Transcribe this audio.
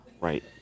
Right